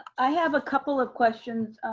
i have a couple of questions,